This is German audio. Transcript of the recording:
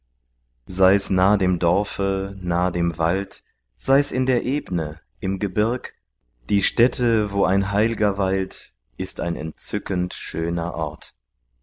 sei's nah dem dorfe nah dem wald sei's in der ebne im gebirg die stätte wo ein heil'ger weilt ist ein entzückend schöner ort